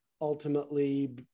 ultimately